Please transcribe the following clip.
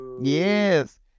Yes